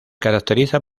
caracteriza